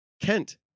Kent